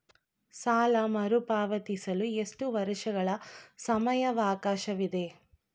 ಸಾಲ ಮರುಪಾವತಿಸಲು ಎಷ್ಟು ವರ್ಷಗಳ ಸಮಯಾವಕಾಶವಿದೆ?